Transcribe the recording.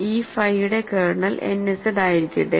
ഈ ഫൈയുടെ kernel n Z ആയിരിക്കട്ടെ